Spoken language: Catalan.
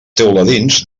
teuladins